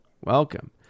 welcome